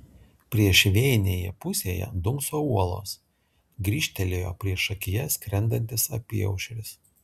priešvėjinėje pusėje dunkso uolos grįžtelėjo priešakyje skrendantis apyaušris